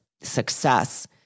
success